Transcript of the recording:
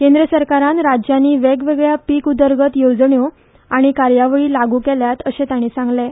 केंद्र सरकारान राज्यांनी वेगवेगळ्यो पीक उदरगत येवजण्यो आनी कार्यावळी लागू केल्यात अशे तांणी सांगलें